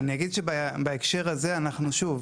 אני אגיד שבהקשר הזה אנחנו, שוב,